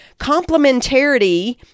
complementarity